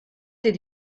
did